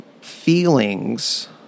feelings